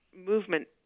movement